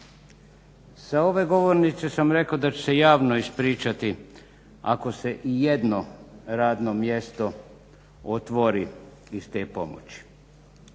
Sa ove govornice sam rekao da ću se javno ispričati ako se ijedno radno mjesto otvori iz te pomoći.